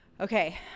okay